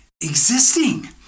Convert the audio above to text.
existing